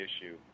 issue